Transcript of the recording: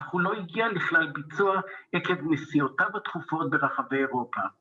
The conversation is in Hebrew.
‫אך הוא לא הגיע לכלל ביצוע ‫עקב נסיעותיו התכופות ברחבי אירופה.